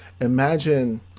imagine